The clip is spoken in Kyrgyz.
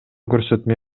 көрсөтмө